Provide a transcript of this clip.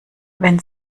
wenn